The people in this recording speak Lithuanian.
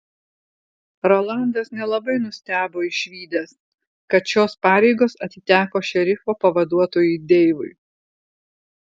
rolandas nelabai nustebo išvydęs kad šios pareigos atiteko šerifo pavaduotojui deivui